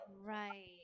Right